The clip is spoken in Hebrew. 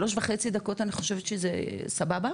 שלוש וחצי דקות אני חושבת שזה סבבה.